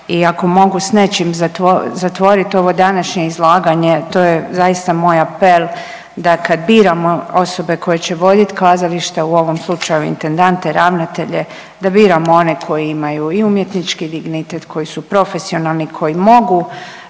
i ako mogu s nečim zatvorit ovo današnje izlaganje, to je zaista moj apel, da kad biramo osobe koje će vodit kazališta, u ovom slučaju intendante i ravnatelje, da biramo one koji imaju i umjetnički dignitet, koji su profesionalni, koji mogu